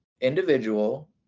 individual